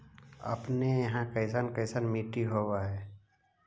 अपने यहाँ कैसन कैसन मिट्टी होब है?